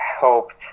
helped